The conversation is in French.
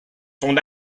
son